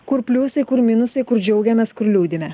kur pliusai kur minusai kur džiaugiamės kur liūdime